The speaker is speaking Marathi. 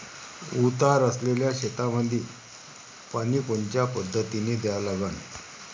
उतार असलेल्या शेतामंदी पानी कोनच्या पद्धतीने द्या लागन?